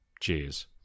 cheers